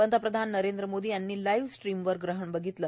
पंतप्रधान नरेंद्र मोदी यांनी live stream वर ग्रहण बधितलं